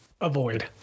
Avoid